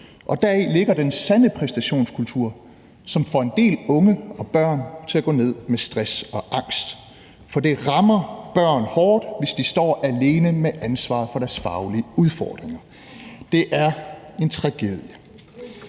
Og deri ligger den sande præstationskultur, som får en del unge og børn til at gå ned med stress og angst. For det rammer børn hårdt, hvis de står alene med ansvaret for deres faglige udfordringer. Det er en tragedie.